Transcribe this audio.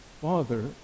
Father